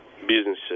businesses